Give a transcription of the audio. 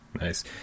nice